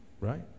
right